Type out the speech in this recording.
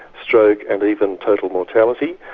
stroke and even total mortality.